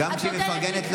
אני אדבר על מה שאני רוצה.